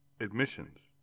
admissions